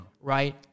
Right